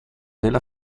della